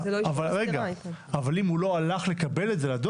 אבל אם הוא לא הלך לדואר לקבל את זה?